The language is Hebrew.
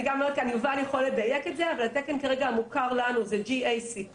יובל יכול לדייק את זה אבל התקן המוכר לנו כרגע זה GACP,